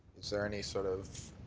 is there any sort of